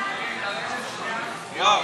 מסדר-היום